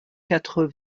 quatre